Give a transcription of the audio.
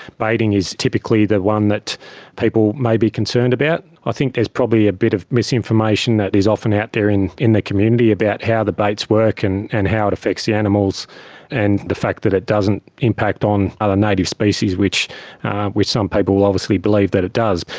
baiting is typically the one that people may be concerned about. i think there's probably a bit of misinformation that is often out there in in the community about how the baits work and and how it affects the animals and the fact that it doesn't impact on other native species, which which some people obviously believe that it does.